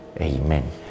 Amen